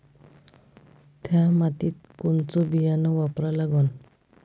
थ्या मातीत कोनचं बियानं वापरा लागन?